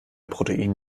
protein